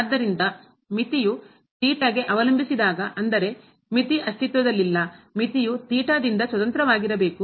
ಆದ್ದರಿಂದ ಮಿತಿಯು ಗೆ ಅವಲಂಬಿಸಿದಾಗ ಅಂದರೆ ಮಿತಿ ಅಸ್ತಿತ್ವದಲ್ಲಿಲ್ಲ ಮಿತಿಯು ದಿಂದ ಸ್ವತಂತ್ರವಾಗಿರಬೇಕು